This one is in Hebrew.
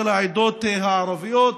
של העדות הערביות.